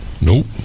Nope